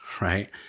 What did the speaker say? right